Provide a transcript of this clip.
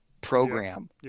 program